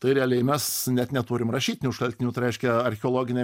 tai realiai mes net neturim rašytinių šaltinių tai reiškia archeologinė